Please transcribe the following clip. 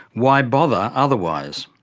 why bother otherwise?